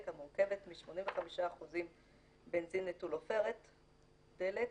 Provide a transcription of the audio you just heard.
(דלק) המורכבת מ 85% בנזין נטול עופרת (דלק)